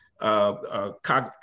cognitive